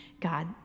God